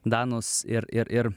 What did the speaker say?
danus ir ir ir